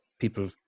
people